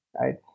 Right